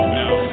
now